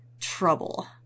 trouble